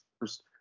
first